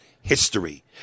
history